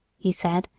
he said,